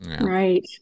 right